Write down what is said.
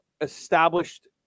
established